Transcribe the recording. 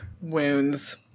wounds